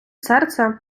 серце